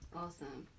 awesome